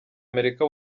amerika